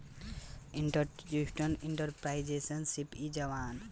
institutional entrepreneurship इ जवन ह एंटरप्रेन्योरशिप के ही एगो दोसर प्रकार हवे